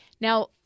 Now